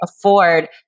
afford